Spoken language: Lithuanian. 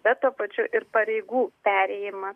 bet tuo pačiu ir pareigų perėjimas